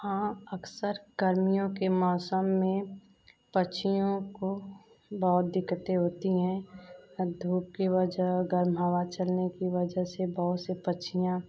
हाँ अक्सर गर्मियों के मौसम में पक्षियों को बहुत दिक़्क़तें होती हैं धूप की वजह गर्म हवा चलने की वजह से बहुत से पक्षियाँ